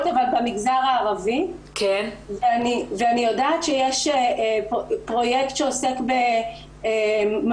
אבל במגזר הערבי ואני יודעת שיש פרויקט שעוסק במעורבות